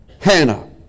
Hannah